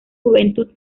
juventud